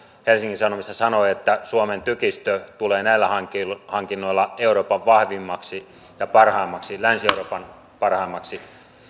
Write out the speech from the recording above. helsingin sanomissa sanoi että suomen tykistö tulee näillä hankinnoilla hankinnoilla euroopan vahvimmaksi ja parhaimmaksi länsi euroopan parhaimmaksi